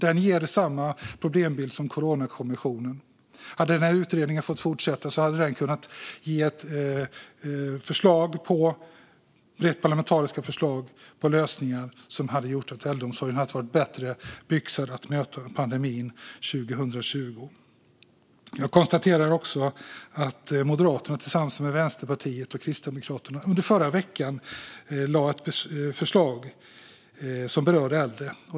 Den utredningen gav samma problembild som Coronakommissionen ger, och om den hade fått fortsätta skulle den ha kunnat ge förslag på parlamentariska förslag på lösningar som hade gjort äldreomsorgen bättre byxad att möta pandemin 2020. Jag konstaterar också att Moderaterna tillsammans med Vänsterpartiet och Kristdemokraterna under förra veckan lade ett förslag som berörde äldre.